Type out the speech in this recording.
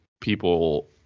people